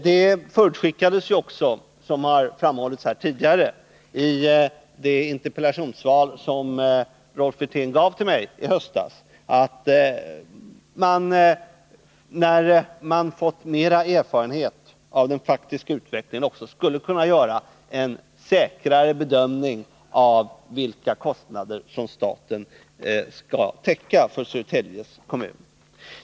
Det förutskickades också, som har framhållits här tidigare, i det interpellationssvar som Rolf Wirtén gav till mig i höstas, att när man fått mera erfarenhet av den faktiska utvecklingen skulle man också kunna göra en säkrare bedömning av vilka kostnader som staten skall täcka för Södertälje kommun.